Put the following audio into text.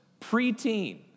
preteen